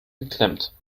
geklemmt